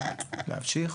רגע,